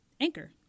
Anchor